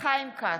חיים כץ,